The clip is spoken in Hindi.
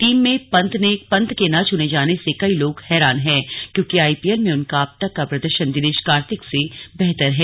टीम में पंत के न चूने जाने से कई लोग हैरान हैं क्योंकि आईपीएल में उनका अब तक का प्रदर्शन दिनेश कार्तिक से बेहतर है